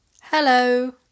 Hello